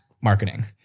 marketing